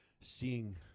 seeing